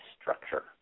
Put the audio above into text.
structure